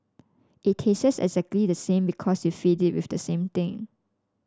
it exactly the same because you feed it with the same thing